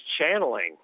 channeling